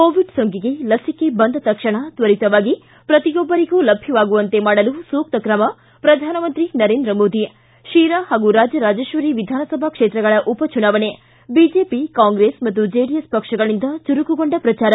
Covid ಸೋಂಕಿಗೆ ಲಸಿಕೆ ಬಂದ ತಕ್ಷಣ ತ್ವರಿತವಾಗಿ ಪ್ರತಿಯೊಬ್ಬರಿಗೂ ಲಭ್ಯವಾಗುವಂತೆ ಮಾಡಲು ಸೂಕ್ತ ಕ್ರಮ ಪ್ರಧಾನಮಂತ್ರಿ ನರೇಂದ್ರ ಮೋದಿ ಿ ಶಿರಾ ಮತ್ತು ರಾಜರಾಜೇಶ್ವರಿ ವಿಧಾನಸಭಾ ಕ್ಷೇತ್ರಗಳ ಉಪಚುನಾವಣೆ ಬಿಜೆಪಿ ಕಾಂಗ್ರೆಸ್ ಮತ್ತು ಜೆಡಿಎಸ್ ಪಕ್ಷಗಳಿಂದ ಚುರುಕುಗೊಂಡ ಪ್ರಚಾರ